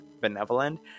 benevolent